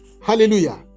Hallelujah